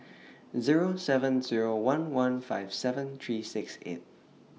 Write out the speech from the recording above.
Zero seven Zero one one five seven three six eight